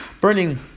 burning